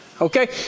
Okay